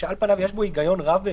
שעל פניו יש בה היגיון רב,